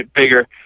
bigger